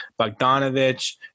Bogdanovich